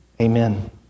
Amen